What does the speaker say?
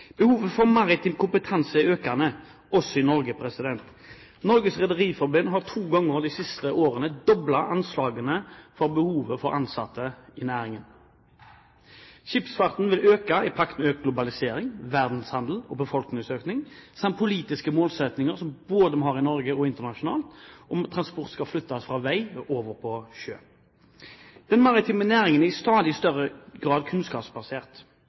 Behovet for maritim kompetanse er økende, også i Norge. Norges Rederiforbund har to ganger de siste årene doblet anslaget for behovet for ansatte i næringen. Skipsfarten vil øke i pakt med globalisering, verdenshandel, befolkningsøkning og politiske målsettinger både i Norge og internasjonalt om at transport skal bort fra vei og heller over til sjø. Den maritime næringen er i stadig større grad kunnskapsbasert.